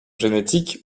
génétiques